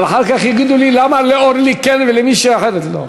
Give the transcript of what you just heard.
אבל אחר כך יגידו לי: למה לאורלי כן ולמישהו אחר לא?